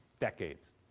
decades